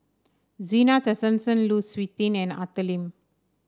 Zena Tessensohn Lu Suitin and Arthur Lim